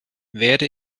werde